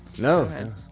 No